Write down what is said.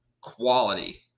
quality